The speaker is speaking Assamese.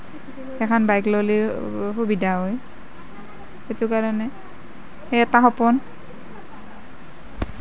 সেইখন বাইক ল'লে সুবিধা হয় সেইটো কাৰণে এটা সপোন